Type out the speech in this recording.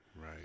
Right